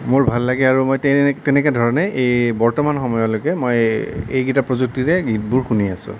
মোৰ ভাল লাগে আৰু মই তেনে তেনে ধৰণেই এই বৰ্তমান সময়লৈকে মই এইকেইটা প্ৰযুক্তিৰে গীতবোৰ শুনি আছোঁ